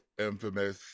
infamous